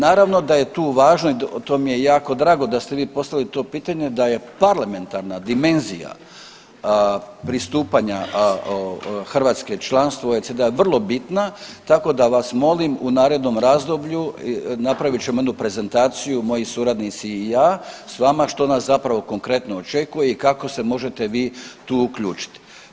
Naravno da je tu važno i to mi je jako drago da ste vi postavili to pitanje da je parlamentarna dimenzija pristupanja Hrvatske članstvu OECD-a vrlo bitna tako da vas molim u narednom razdoblju napraviti ćemo jednu prezentaciju moji suradnici i ja s vama što nas zapravo konkretno očekuje i kako se možete vi tu uključiti.